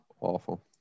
Awful